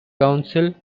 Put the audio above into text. council